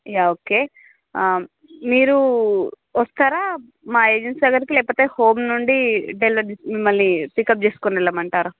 yeah okay మీరు వస్తారా మా ఏజెన్సీ దగ్గరికి లేకపోతే హోమ్ నుండి డెలివరీ మిమ్మల్ని పిక్అప్ చేసుకొని వెళ్లమంటరా